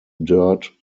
dirt